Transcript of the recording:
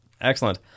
Excellent